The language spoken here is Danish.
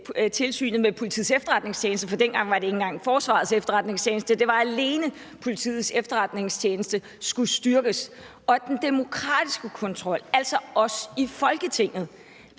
tilsynet med Politiets Efterretningstjeneste – for dengang var det ikke engang Forsvarets Efterretningstjeneste, men det var alene Politiets Efterretningstjeneste – skulle styrkes, og at den demokratiske kontrol, altså os i Folketinget,